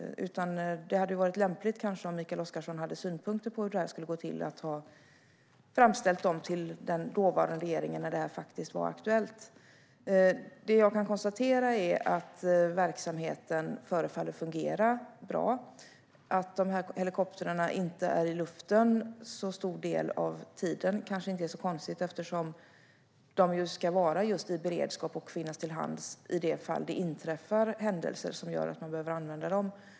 Det hade kanske varit lämpligt, om Mikael Oscarsson hade synpunkter på hur detta skulle gå till, om han hade framställt dem till den dåvarande regeringen när detta faktiskt var aktuellt. Jag kan konstatera att verksamheten förefaller fungera bra. Att helikoptrarna inte är i luften så stor del av tiden kanske inte är så konstigt, eftersom de ska vara just i beredskap och finnas till hands i de fall det inträffar händelser som gör att man behöver använda dem.